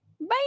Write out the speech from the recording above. bye